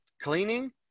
cleaning